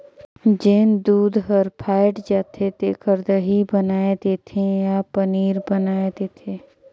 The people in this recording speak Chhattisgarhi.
जेन दूद हर फ़ायट जाथे तेखर दही बनाय देथे या पनीर बनाय देथे